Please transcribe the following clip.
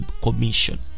commission